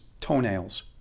toenails